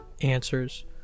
answers